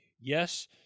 Yes